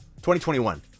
2021